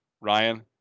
Ryan